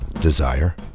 desire